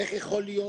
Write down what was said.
איך יכול להיות